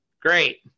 great